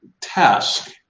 task